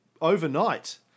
overnight